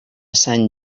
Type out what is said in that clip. sant